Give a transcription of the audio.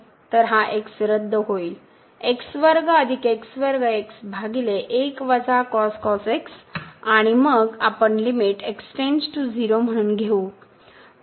तर हा रद्द होईल आणि मग आपण लिमिट म्हणून घेऊ